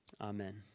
Amen